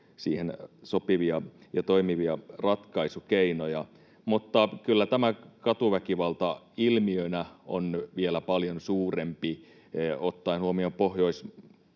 siihen sopivia ja toimivia ratkaisukeinoja. Mutta kyllä tämä katuväkivalta ilmiönä on vielä paljon suurempi ottaen tässä huomioon Pohjoismaat,